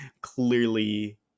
clearly